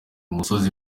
musozi